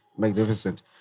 Magnificent